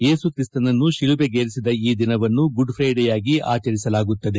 ಏಸು ತ್ರಿಸ್ತನನ್ನು ಶಿಲುಬೆಗೇರಿಸಿದ ಈ ದಿನವನ್ನು ಗುಡ್ಫ್ರೈಡ್ ಯಾಗಿ ಆಚರಿಸಲಾಗುತ್ತದೆ